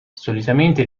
solitamente